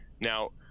Now